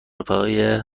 رفقای